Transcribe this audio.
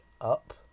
up